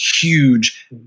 huge